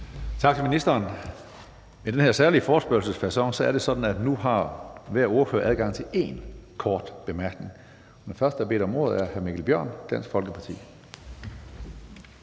Tak til ministeren. I den her særlige debatform, forespørgselsdebatten, er det sådan, at nu har hver ordfører adgang til én kort bemærkning. Den første, der har bedt om ordet, er hr. Mikkel Bjørn, Dansk Folkeparti.